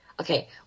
Okay